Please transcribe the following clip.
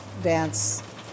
dance